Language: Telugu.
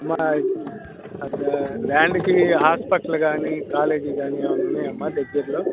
మా ల్యాండ్కి హాస్పిటల్ కానీ కాలేజీ కానీ ఏమన్నా ఉన్నాయమ్మా దగ్గరలో